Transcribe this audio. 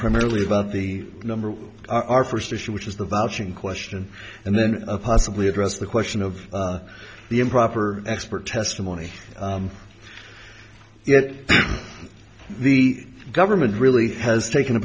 primarily about the number of our first issue which is the vouching question and then possibly address the question of the improper expert testimony if the government really has taken a